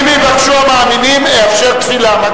אם יבקשו המאמינים אאפשר תפילה.